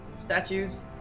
Statues